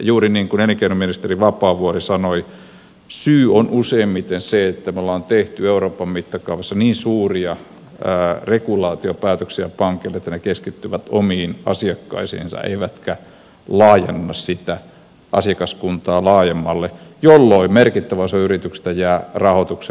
juuri niin kuin elinkeinoministeri vapaavuori sanoi syy on useimmiten se että me olemme tehneet euroopan mittakaavassa niin suuria regulaatiopäätöksiä pankeille että ne keskittyvät omiin asiakkaisiinsa eivätkä laajenna sitä asiakaskuntaa laajemmalle jolloin merkittävä osa yrityksistä jää rahoituksen ulkopuolelle